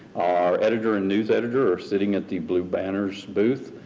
our editor and new editor are sitting at the blue banner's booth.